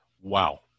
Wow